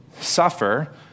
suffer